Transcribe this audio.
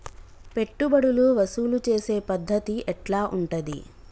పెట్టుబడులు వసూలు చేసే పద్ధతి ఎట్లా ఉంటది?